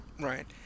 Right